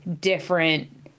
different